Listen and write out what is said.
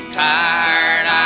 tired